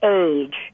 age